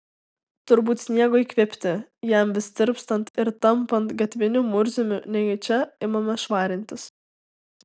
turbūt sniego įkvėpti jam vis tirpstant ir tampant gatviniu murziumi nejučia imame švarintis